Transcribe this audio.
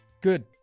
Good